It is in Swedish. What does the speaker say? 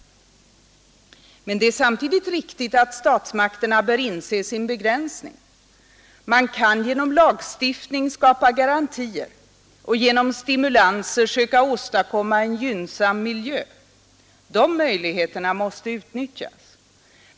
Men det är samtidigt riktigt att statsmakterna bör inse sin begränsning Man kan genom lagstiftning skapa garantier och genom stimulanser söka åstadkomma en gynnsam miljö. De möjligheterna måste utnyttjas.